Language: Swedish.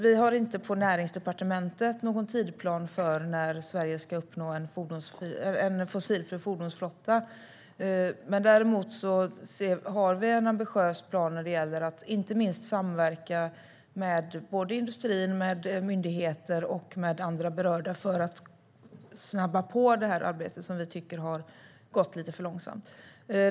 Vi har inte på Näringsdepartementet någon tidsplan för när Sverige ska uppnå en fossilfri fordonsflotta. Däremot har vi en ambitiös plan när det gäller att inte minst samverka med industrin, myndigheter och andra berörda för att snabba på det här arbetet som vi tycker har gått lite för långsamt.